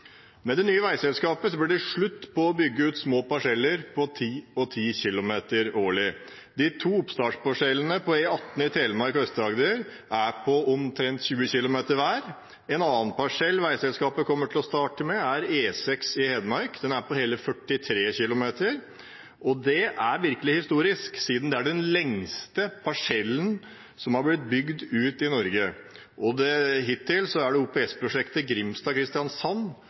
Med det nye veiselskapet blir det slutt på å bygge ut små parseller på 10 og 10 km årlig. De to oppstartsparsellene på E18 i Telemark og Aust-Agder er på omtrent 20 km hver. En annen parsell veiselskapet kommer til å starte med, er E6 i Hedmark. Den er på hele 43 kilometer. Det er virkelig historisk, siden det er den lengste parsellen som har blitt bygd ut i Norge. Hittil er det OPS-prosjektet Grimstad–Kristiansand som har vært det